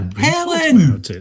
Helen